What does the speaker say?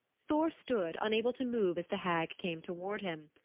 thor stood, unable to move as the hag came toward him.